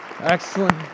Excellent